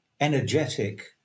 energetic